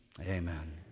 Amen